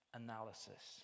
analysis